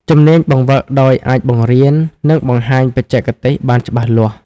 ជំនាញបង្វឹកដោយ អាចបង្រៀន និងបង្ហាញបច្ចេកទេសបានច្បាស់លាស់។